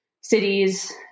cities